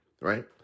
right